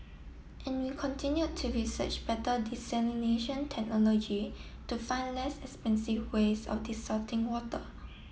and we continued to research better desalination technology to find less expensive ways of desalting water